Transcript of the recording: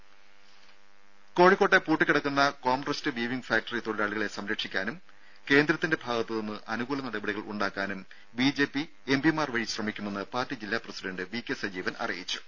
ദേദ കോഴിക്കോട്ടെ പൂട്ടികിടക്കുന്ന കോംട്രസ്റ്റ് വീവിംഗ് ഫാക്ടറി തൊഴിലാളികളെ സംരക്ഷിക്കാനും കേന്ദ്രത്തിന്റെ ഭാഗത്തു നിന്ന് അനുകൂല നടപടികൾ ഉണ്ടാകാനും ബി ജെ പി എം പിമാർ വഴി ശ്രമിക്കുമെന്ന് പാർട്ടി ജില്ലാ പ്രസിഡണ്ട് വി കെ സജീവൻ അറിയിച്ചു